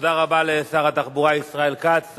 תודה רבה לשר התחבורה ישראל כץ.